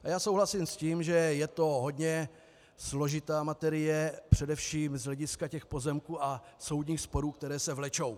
Já souhlasím s tím, že je to hodně složitá materie především z hlediska těch pozemků a soudních sporů, které se vlečou.